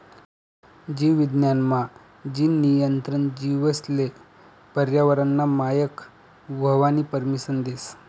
जीव विज्ञान मा, जीन नियंत्रण जीवेसले पर्यावरनना मायक व्हवानी परमिसन देस